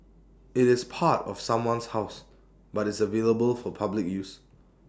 IT is part of someone's house but is available for public use